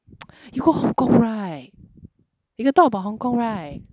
you go Hong Kong right you can talk about Hong Kong right